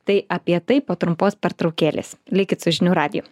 tai apie tai po trumpos pertraukėlės likit su žinių radiju